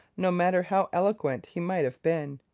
no matter how eloquent he might have been.